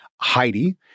Heidi